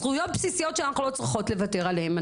זכויות בסיסיות שאנחנו לא צריכות לוותר עליהן.